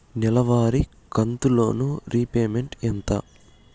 నెలవారి కంతు loan repayment ఎంత?